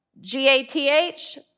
G-A-T-H